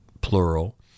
plural